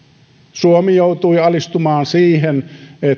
suomi joutui alistumaan siihen